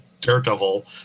Daredevil